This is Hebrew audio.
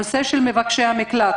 דבר שלישי, לגבי מבקשי המקלט